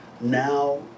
now